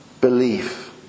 belief